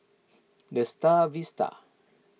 the Star Vista